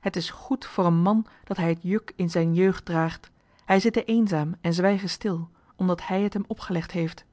het is goed voor eenen man dat hij het juk in zijne jeugd draagt hij zitte eenzaam en zwijge stil omdat hij het hem opgelegd heeft